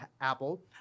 apple